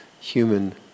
human